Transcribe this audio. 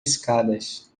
escadas